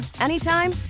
anytime